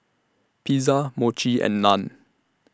Pizza Mochi and Naan